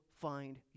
find